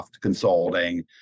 Consulting